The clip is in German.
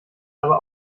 aber